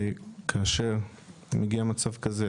וכאשר מגיע מצב כזה